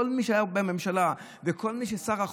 כל מי שהיה בממשלה וכל מי ששר החוץ,